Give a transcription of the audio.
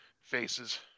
faces